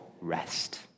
rest